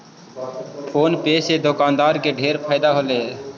phone पे से दुकानदार सब के ढेर फएदा होलई हे